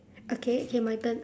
okay okay my turn